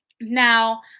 Now